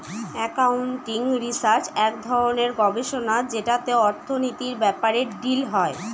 accounting research এক ধরনের গবেষণা যেটাতে অর্থনীতির ব্যাপারে ডিল হয়